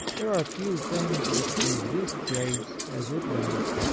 there are few things which resist grace as it does.